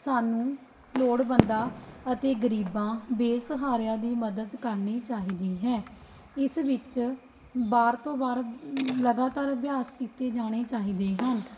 ਸਾਨੂੰ ਲੋੜਵੰਦਾਂ ਅਤੇ ਗਰੀਬਾਂ ਬੇਸਹਾਰਿਆਂ ਦੀ ਮੱਦਦ ਕਰਨੀ ਚਾਹੀਦੀ ਹੈ ਇਸ ਵਿੱਚ ਬਾਹਰ ਤੋਂ ਬਾਹਰ ਲਗਾਤਾਰ ਅਭਿਆਸ ਕੀਤੇ ਜਾਣੇ ਚਾਹੀਦੇ ਹਨ